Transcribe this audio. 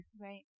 Right